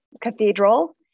cathedral